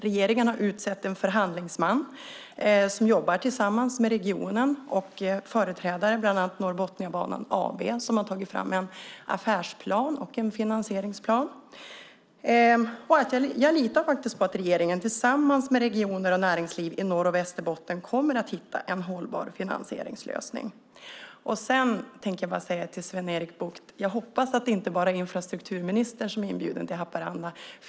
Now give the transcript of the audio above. Regeringen har utsett en förhandlingsman som jobbar tillsammans med regionen och olika företrädare, bland annat Norrbotniabanan AB som har tagit fram en affärsplan och en finansieringsplan. Jag litar på att regeringen tillsammans med regioner och näringsliv i Norrbotten och Västerbotten kommer att hitta en hållbar finansieringslösning. Sven-Erik Bucht, jag hoppas att inte bara infrastrukturministern är inbjuden till Haparanda.